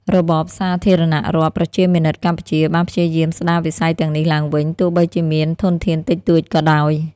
របបសាធារណរដ្ឋប្រជាមានិតកម្ពុជា បានព្យាយាមស្ដារវិស័យទាំងនេះឡើងវិញ ទោះបីជាមានធនធានតិចតួចក៏ដោយ។